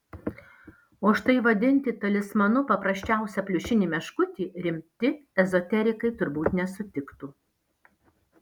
o štai vadinti talismanu paprasčiausią pliušinį meškutį rimti ezoterikai turbūt nesutiktų